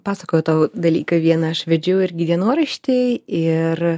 pasakojau tau dalyką viena aš vedžiau irgi dienoraštį ir